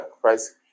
price